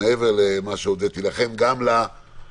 מעבר למה שהודיתי לכם גם לאנשים